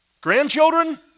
Grandchildren